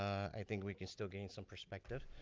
i think we can still gain some perspective.